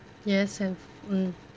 yes have um